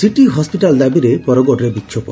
city hospital ଦାବିରେ ବରଗଡରେ ବିକ୍ଷୋଭ